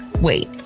Wait